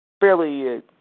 Fairly